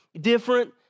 different